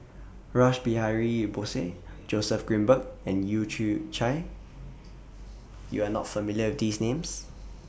Rash Behari Bose Joseph Grimberg and Leu Yew Chye YOU Are not familiar with These Names